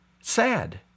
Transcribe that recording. Sad